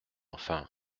enfin